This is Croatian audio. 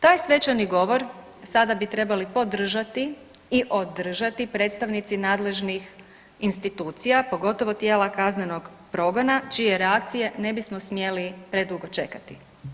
Taj svečani govor sada bi trebali podržati i održati predstavnici nadležnih institucija pogotovo tijela kaznenog progona čije reakcije ne bismo smjeli predugo čekati.